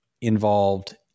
involved